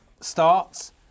starts